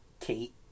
Kate